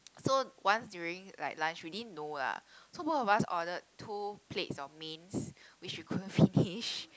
so once during like lunch we didn't know lah so both of us order two plates of mains which we couldn't finish